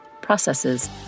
processes